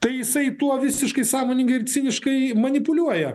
tai jisai tuo visiškai sąmoningai ir ciniškai manipuliuoja